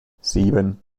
sieben